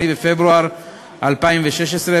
8 בפברואר 2016,